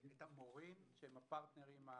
המורים, שהם הפרטנרים,